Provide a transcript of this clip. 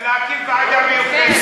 להקים ועדה מיוחדת.